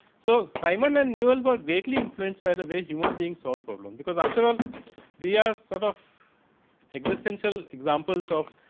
so, simon and newell for greatly inference by the way human being solve problem. because, after all we are sort of existential examples of